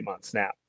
Snap